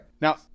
Now